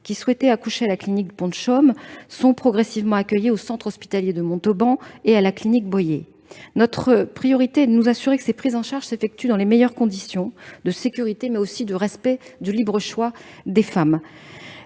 qui souhaitaient accoucher à la clinique du Pont de Chaume sont progressivement accueillies au centre hospitalier de Montauban et à la clinique Boyé. Notre priorité est de nous assurer que ces prises en charge s'effectuent dans les meilleures conditions de sécurité, mais aussi de respect du libre choix des femmes.